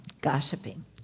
gossiping